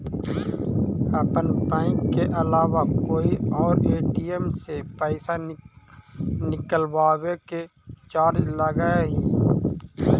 अपन बैंक के अलावा कोई और ए.टी.एम से पइसा निकलवावे के चार्ज लगऽ हइ